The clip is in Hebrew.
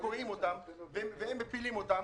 קורעים אותם ומפילים אותם,